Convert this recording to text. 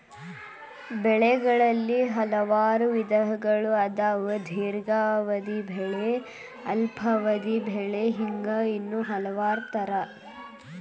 ಬೆಳೆಗಳಲ್ಲಿ ಹಲವಾರು ವಿಧಗಳು ಅದಾವ ದೇರ್ಘಾವಧಿ ಬೆಳೆ ಅಲ್ಪಾವಧಿ ಬೆಳೆ ಹಿಂಗ ಇನ್ನೂ ಹಲವಾರ ತರಾ